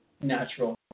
natural